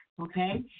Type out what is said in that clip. Okay